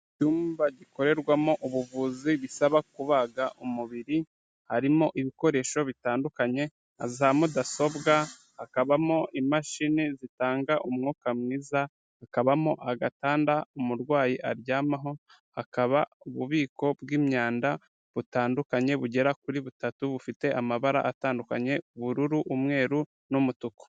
Icyumba gikorerwamo ubuvuzi bisaba kubaga umubiri, harimo ibikoresho bitandukanye, za mudasobwa, hakabamo imashini zitanga umwuka mwiza, hakabamo agatanda umurwayi aryamaho, hakaba ububiko bw'imyanda butandukanye bugera kuri butatu, bufite amabara atandukanye, ubururu, umweru, n'umutuku.